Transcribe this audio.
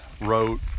wrote